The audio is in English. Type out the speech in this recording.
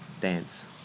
dance